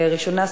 ראשונה,